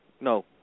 No